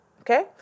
Okay